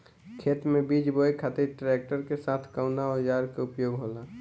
खेत में बीज बोए खातिर ट्रैक्टर के साथ कउना औजार क उपयोग होला?